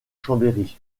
chambéry